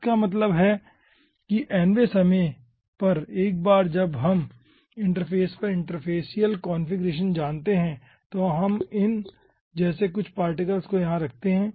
इसका मतलब यह है कि nवे समय पर एक बार जब हम इंटरफ़ेस पर इंटरफेसियल कॉन्फ़िगरेशन जानते हैं तो हम इन जैसे कुछ पार्टिकल्स को यहाँ रखते हैं